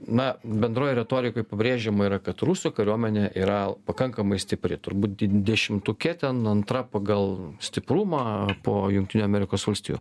na bendrojoj retorikoj pabrėžiama yra kad rusų kariuomenė yra pakankamai stipri turbūt dešimtuke ten antra pagal stiprumą po jungtinių amerikos valstijų